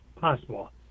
possible